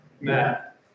Matt